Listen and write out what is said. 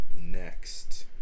next